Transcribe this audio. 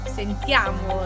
sentiamo